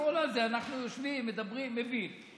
אנחנו יושבים, מדברים, מבין.